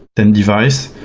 ten device,